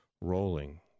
rolling